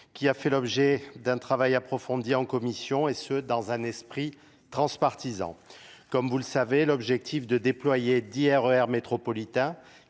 qui a fait l'objet d'un travail approfondi en commission et ce dans un esprit transpartisane Vous le savez l'objectif est de déployer D R E R métropolitains